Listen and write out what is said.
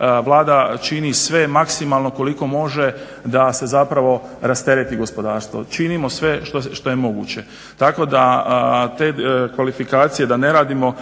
Vlada čini sve maksimalno koliko može da se zapravo rastereti gospodarstvo. Činimo sve što je moguće tako da te kvalifikacije da ne radimo.